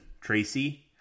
Tracy